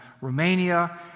Romania